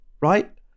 Right